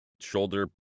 shoulder